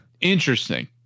interesting